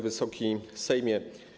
Wysoki Sejmie!